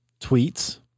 tweets